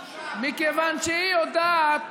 מכיוון שהיא יודעת